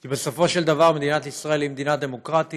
כי בסופו של דבר מדינת ישראל היא מדינה דמוקרטית